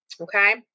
Okay